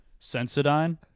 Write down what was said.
Sensodyne